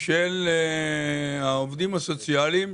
של העובדים הסוציאליים,